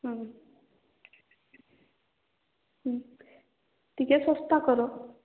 ଟିକେ ଶସ୍ତା କର